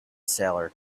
seller